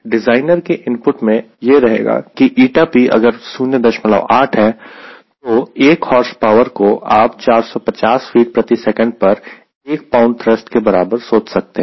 designer के input में यह रहेगा की ηp अगर 08 है तो 1 हॉर्स पावर को आप 450 फीट प्रति सेकंड पर एक पाउंड थ्रस्ट के बराबर सोच सकते हैं